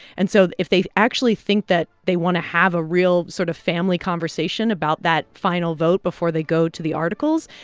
and so if they actually think that they want to have a real sort of family conversation about that final vote before they go to the articles,